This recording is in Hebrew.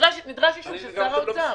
נדרש אישור של שר האוצר?